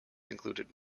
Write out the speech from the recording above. included